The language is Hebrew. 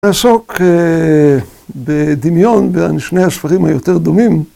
לעסוק בדמיון בין שני הספרים היותר דומים.